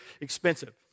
expensive